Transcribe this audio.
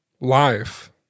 life